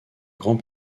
grand